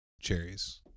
cherries